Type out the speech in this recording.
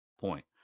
point